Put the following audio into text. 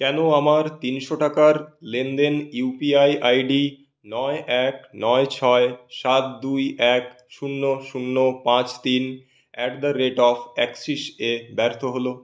কেন আমার তিনশো টাকার লেনদেন ইউপিআই আই ডি নয় এক নয় ছয় সাত দুই এক শূন্য শূন্য পাঁচ তিন অ্যাট দা রেট অফ অ্যাক্সিসে ব্যর্থ হল